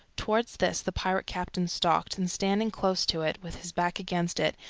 toward this the pirate captain stalked, and standing close to it, with his back against it,